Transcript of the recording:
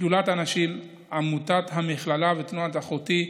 שדולת הנשים, עמותת המכללה ותנועת אחותי.